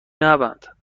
نبند